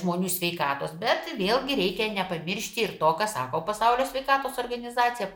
žmonių sveikatos bet vėlgi reikia nepamiršti ir to ką sako pasaulio sveikatos organizacija